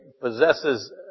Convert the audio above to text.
possesses